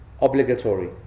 obligatory